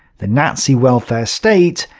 the nazi welfare state,